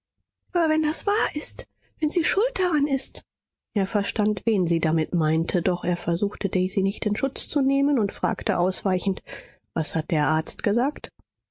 wenn das wahr ist wenn sie schuld daran ist er verstand wen sie damit meinte doch er versuchte daisy nicht in schutz zu nehmen und fragte ausweichend was hat der arzt gesagt